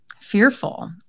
fearful